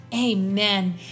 amen